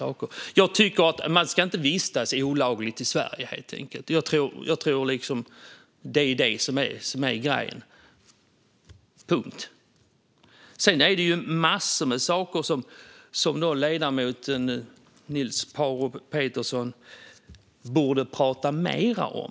Jag tycker helt enkelt inte att man ska vistas olagligt i Sverige, och jag tror att det är det som är grejen. Punkt. Det finns massor med saker som ledamoten Niels Paarup-Petersen borde prata mer om.